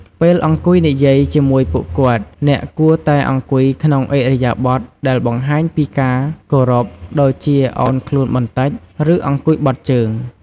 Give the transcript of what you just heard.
ពេលអង្គុយនិយាយជាមួយពួកគាត់ អ្នកគួរតែអង្គុយក្នុងឥរិយាបថដែលបង្ហាញពីការគោរព ដូចជាឱនខ្លួនបន្តិច ឬអង្គុយបត់ជើង។